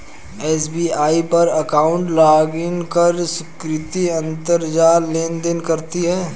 SBI पर account login कर सुकृति अंतरजाल लेनदेन करती है